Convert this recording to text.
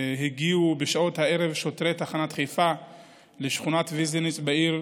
הגיעו בשעות הערב שוטרי תחנת חיפה לשכונת ויז'ניץ בעיר,